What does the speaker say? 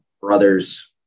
brothers